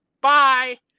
Bye